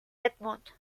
edmund